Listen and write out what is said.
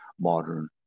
modern